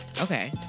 Okay